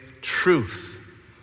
truth